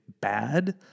bad